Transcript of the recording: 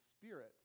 spirit